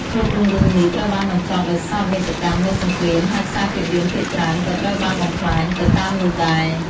ភាពរុងរឿងនេះត្រូវបានបញ្ចប់ដោយសោកនាដកម្មនៃសង្គ្រាម ហើយខ្សែភាពយន្តភាគច្រើនក៏ត្រូវបានបំផ្លាញទៅតាមនោះដែរ។